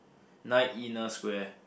nine inner square